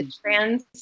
Trans